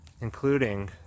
including